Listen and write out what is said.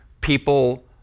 people